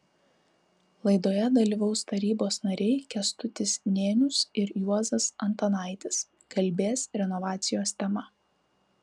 laidoje dalyvaus tarybos nariai kęstutis nėnius ir juozas antanaitis kalbės renovacijos tema